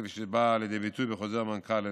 וכפי שבא לידי ביטוי בחוזר מנכ"ל מ-1996.